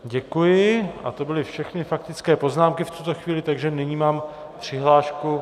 Děkuji a to byly všechny faktické poznámky v tuto chvíli, takže nyní mám přihlášku...